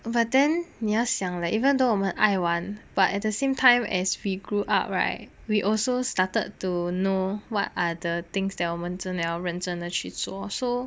but then 你要想 leh even though 我们爱玩 but at the same time as we grew up right we also started to know what other things that 真的要认真地去做 so